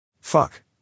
fuck